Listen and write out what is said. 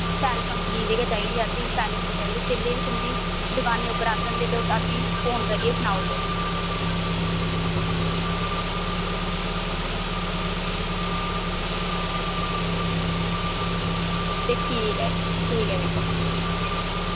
शैल कंपनी दी गै चाहिदी असें शैल कंपनी दी गै होनी चाहिदी असें जेल्लै बी तुं'दी दकानै पर औङन ते तुस असें ई फोन करियै सनाई ओड़ेओ ते ठीक ऐ ठीक ऐ भी तां